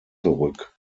zurück